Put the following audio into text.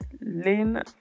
Lynn